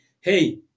hey